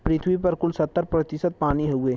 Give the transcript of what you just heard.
पृथ्वी पर कुल सत्तर प्रतिशत पानी हउवे